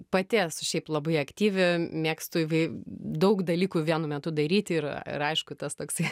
pati esu šiaip labai aktyvi mėgstu įvai daug dalykų vienu metu daryti ir ir aišku tas toksai